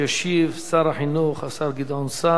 ישיב שר החינוך, השר גדעון סער.